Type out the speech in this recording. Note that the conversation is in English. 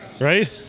Right